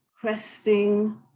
cresting